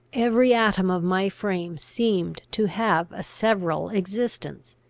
every atom of my frame seemed to have a several existence,